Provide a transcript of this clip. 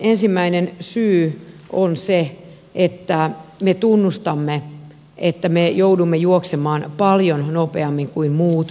ensimmäinen syy on se että me tunnustamme että me joudumme juoksemaan paljon nopeammin kuin muut pysyäksemme paikallamme